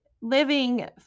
living